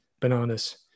Bananas